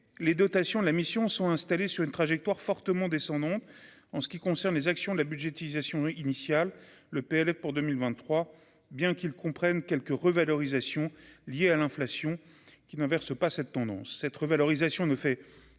les dotations la mission sont installés sur une trajectoire fortement dès son nom en ce qui concerne les actions de la budgétisation initiale le PLF pour 2023, bien qu'il comprenne quelques revalorisations liées à l'inflation qui n'inverse pas cette tendance, cette revalorisation ne fait que